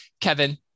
Kevin